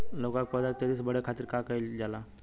लउका के पौधा के तेजी से बढ़े खातीर का कइल जाला?